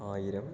ആയിരം